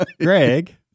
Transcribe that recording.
Greg